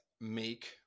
make